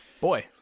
Boy